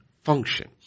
function